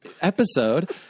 episode